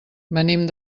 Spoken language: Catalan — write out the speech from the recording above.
venim